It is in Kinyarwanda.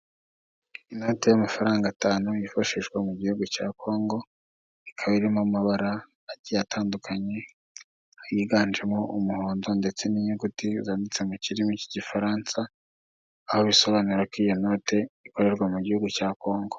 Inoti y'amafaranga atanu yifashishwa mu gihugu cya congo, ikaba iri mu mabara atandukanye yiganjemo umuhondo ndetse n'inyuguti zanditse mu kirimi cy'Igifaransa, aho bisobanura ko iyo note ikorerwa mu gihugu cya congo.